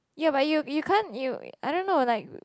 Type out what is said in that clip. ya but you you can't you I don't know like